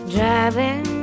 Driving